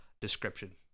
description